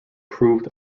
proved